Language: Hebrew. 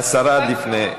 חברת הכנסת זה מכובד מאוד.